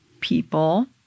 people